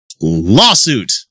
lawsuit